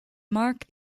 mark